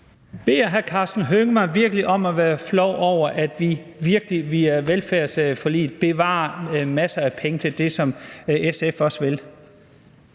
(S): Beder hr. Karsten Hønge mig virkelig om at være flov over, at vi via velfærdsforliget bevarer masser af penge til det, som SF også vil